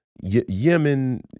Yemen